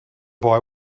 boy